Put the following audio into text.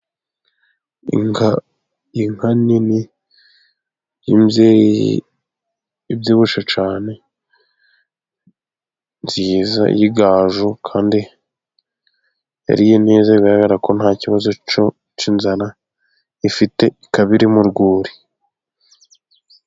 Inka nini y'imbyeyi ibyibushe cyane, nziza y'igaju kandi yariye neza. Bigaragara ko nta kibazo cy'inzara ifite, ikaba iri mu rwuri.